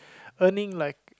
earning like